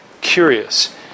curious